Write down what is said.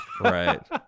Right